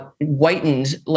whitened